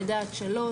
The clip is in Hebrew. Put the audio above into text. לידה עד שלוש.